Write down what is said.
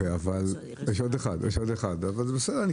יש עוד אחד, אבל בסדר.